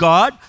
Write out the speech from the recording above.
God